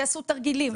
ויעשו תרגילים,